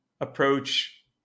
approach